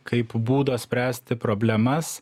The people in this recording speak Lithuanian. kaip būdo spręsti problemas